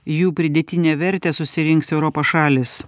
jų pridėtinę vertę susirinks europos šalys